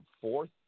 fourth